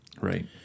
Right